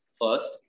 first